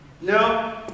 No